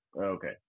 Okay